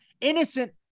innocent